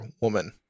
woman